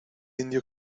indio